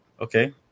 okay